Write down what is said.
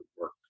work